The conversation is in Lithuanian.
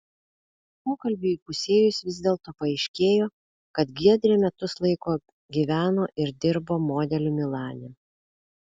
pokalbiui įpusėjus vis dėlto paaiškėjo kad giedrė metus laiko gyveno ir dirbo modeliu milane